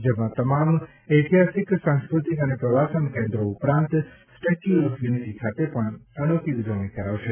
જેમાં તમામ ઐતિહાસિક સાંસ્કૃતિક અને પ્રવાસન કેન્દ્રો ઉપરાંત સ્ટેચ્યુ ઓફ યુનિટી ખાતે પણ અનોખી ઉજવણી કરાશે